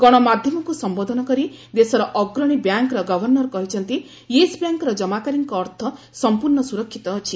ଗଣମାଧ୍ୟମକ୍ତ ସମ୍ଭୋଧନ କରି ଦେଶର ଅଗ୍ରଣୀ ବ୍ୟାଙ୍କ୍ର ଗଭର୍ଷର କହିଛନ୍ତି ୟେସ୍ ବ୍ୟାଙ୍କ୍ର ଜମାକାରୀଙ୍କ ଅର୍ଥ ସମ୍ପର୍ଣ୍ଣ ସୁରକ୍ଷିତ ଅଛି